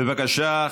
בבקשה,